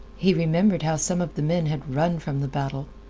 he remembered how some of the men had run from the battle.